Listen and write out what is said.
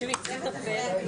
תודה.